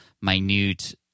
minute